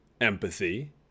empathy